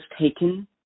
taken